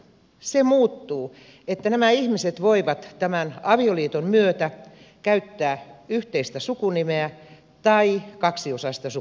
se muuttuu että nämä ihmiset voivat tämän avioliiton myötä käyttää yhteistä sukunimeä tai kaksiosaista sukunimeä